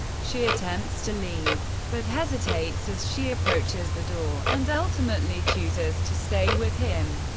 she attempts to leave, but hesitates as she approaches the door, and ultimately chooses to stay with him.